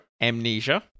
Amnesia